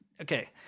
okay